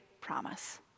promise